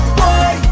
boy